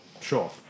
Sure